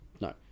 no